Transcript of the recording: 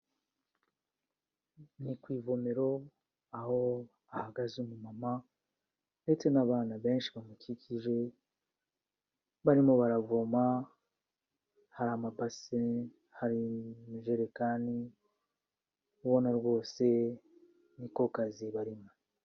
Ni ku ivomero, aho hahagaze umumama ndetse n'abantu benshi bamukikije, barimo baravoma, hari amabase, hari injerekani, ubona rwose niko kazi barimo.